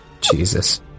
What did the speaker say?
Jesus